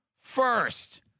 first